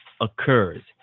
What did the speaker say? occurs